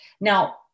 Now